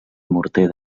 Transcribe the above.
morter